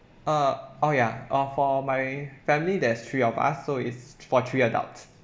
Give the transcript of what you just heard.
uh oh yeah oh for my family there's three of us so is for three adults